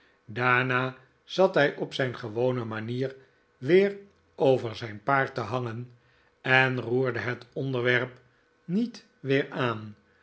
daarna zat hij op zijn gewone manier weer mijn moeder peggotty en ik over zijn paard te hangen en roerde het onderwerp niet weer aan